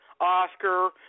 Oscar